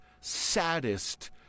saddest